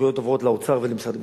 הסמכויות עוברות לאוצר ולמשרד המשפטים.